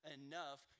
enough